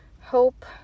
hope